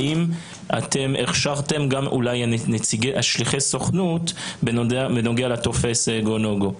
האם אתם הכשרתם גם שליחי סוכנות בנוגע לטופס go no go?